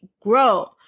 grow